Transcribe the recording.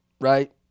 right